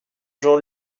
jean